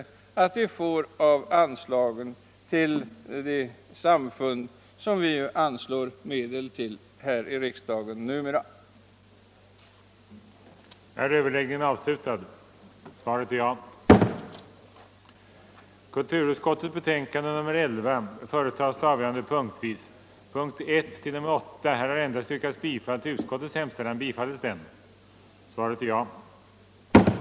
2. att riksdagen hos regeringen begärde att Kronobageriet blev föremål för en grundlig byggnadshistorisk undersökning samt att det därefter till en början genomgick en pietetsfull restaurering i avvaktan på lämplig användning.